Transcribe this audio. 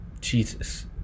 jesus